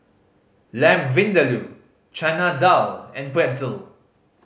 Lamb Vindaloo Chana Dal and Pretzel